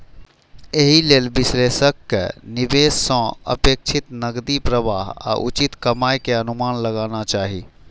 एहि लेल विश्लेषक कें निवेश सं अपेक्षित नकदी प्रवाह आ उचित कमाइ के अनुमान लगाना चाही